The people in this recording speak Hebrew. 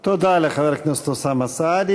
הוא אזוק בידו